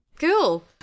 Cool